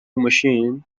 machine